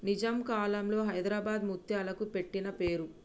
నిజాం కాలంలో హైదరాబాద్ ముత్యాలకి పెట్టిన పేరు